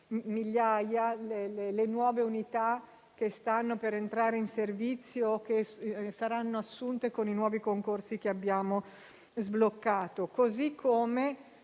migliaia le nuove unità che stanno per entrare in servizio o che saranno assunte con i nuovi concorsi appena sbloccati. Il 23